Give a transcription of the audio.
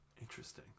interesting